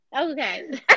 Okay